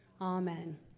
Amen